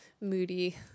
moody